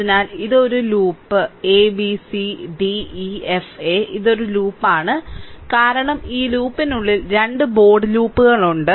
അതിനാൽ ഇത് ഒരു loop a b c d e f a ഇത് ഒരു ലൂപ്പാണ് കാരണം ഈ ലൂപ്പിനുള്ളിൽ 2 ബോൾഡ് ലൂപ്പുകൾ ഉണ്ട്